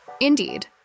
Indeed